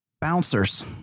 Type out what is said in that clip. bouncers